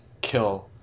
kill